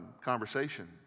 conversation